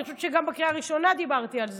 אני חושבת שגם בקריאה הראשונה דיברתי על זה,